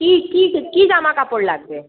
কি কি কি জামাকাপড় লাগবে